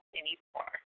anymore